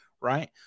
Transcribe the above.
right